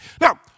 Now